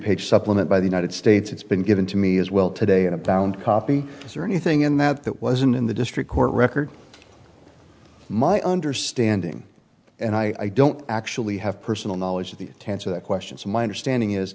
page supplement by the united states it's been given to me as well today in a bound copy is there anything in that that wasn't in the district court record my understanding and i don't actually have personal knowledge of the tense or the questions my understanding is